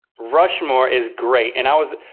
rushmore is great, and i was,